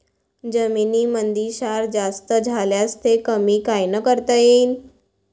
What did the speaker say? जमीनीमंदी क्षार जास्त झाल्यास ते कमी कायनं करता येईन?